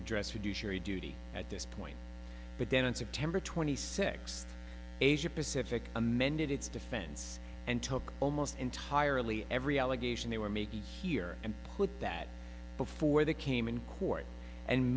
address you do surely duty at this point but then on september twenty sixth asia pacific amended its defense and took almost entirely every allegation they were making here and put that before they came in court and